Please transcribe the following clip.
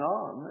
on